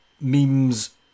memes